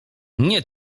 nie